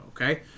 okay